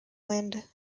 wind